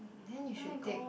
then you should take